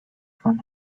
from